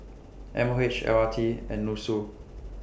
M O H L R T and Nussu